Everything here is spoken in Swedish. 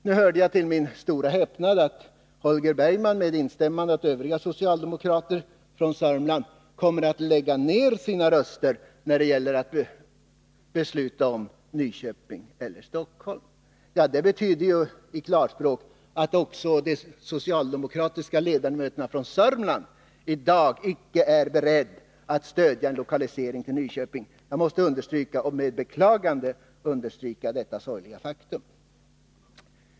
Nu hörde jag till min stora häpnad att Holger Bergman, med instämmande av övriga socialdemokrater från Sörmland, kommer att lägga ned sina röster när det gäller att besluta om Nyköping eller Stockholm. Det betyder i klarspråk att inte heller de socialdemokratiska ledamöterna från Sörmland i dag är beredda att stödja en lokalisering till Nyköping. Jag måste med beklagande understryka detta sorgliga faktum.